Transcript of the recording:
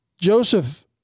Joseph